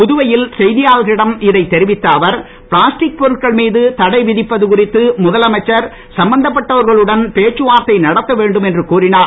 புதுவையில் செய்தியாளர்களிடம் இதை தெரிவித்த அவர் பிளாஸ்டிக் பொருட்கள் மீது தடை விதிப்பது குறித்து முதலமைச்சர் சம்பந்தப்பட்டவர்களுடன் மீது பேச்சுவார்த்தை நடத்த வேண்டும் என்று கூறினார்